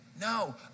No